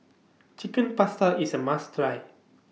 Chicken Pasta IS A must Try